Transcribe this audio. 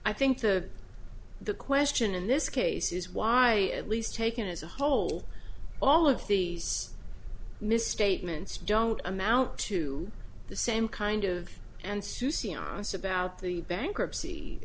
i think the the question in this case is why at least taken as a whole all of these misstatements don't amount to the same kind of and susi onse about the bankruptcy